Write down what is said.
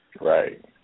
Right